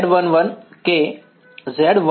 વિદ્યાર્થી ઝિન